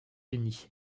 unis